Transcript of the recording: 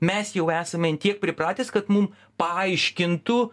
mes jau esame ant tiek pripratęs kad mum paaiškintų